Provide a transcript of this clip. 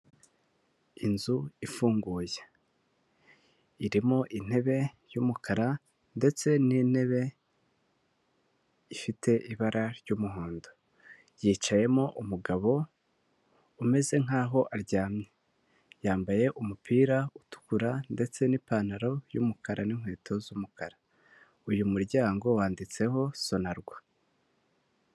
Inzu ifunguye irimo intebe y'umukara ndetse n'intebe ifite ibara ry'umuhondo yicayemo umugabo umeze nkaho aryamye yambaye umupira utukura ndetse n'ipantaro y'umukara n'inkweto z'umukara uyu muryango wanditseho sonarwa.